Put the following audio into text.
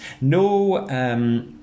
no